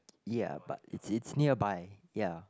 ya but it's it nearby